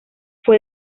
fue